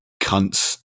cunts